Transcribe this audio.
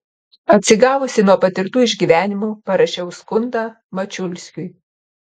atsigavusi nuo patirtų išgyvenimų parašiau skundą mačiulskiui